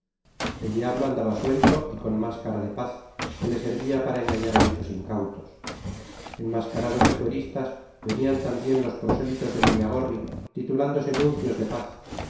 el diablo andaba suelto y con más cara de paz que le servía para engañar a muchos incautos enmascarados de fueristas venían también los prosélitos de muñagorri titulándose nuncios de paz